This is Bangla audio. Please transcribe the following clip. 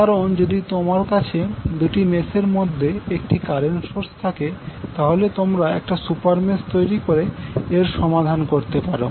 কারণ যদি তোমার কাছে দুটি মেসের মধ্যে একটি কারেন্ট সোর্স থাকে তাহলে তোমরা একটা সুপার মেস তৈরি করে এর সমাধান করতে পারো